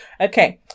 okay